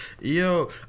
yo